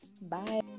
Bye